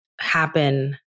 happen